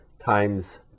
times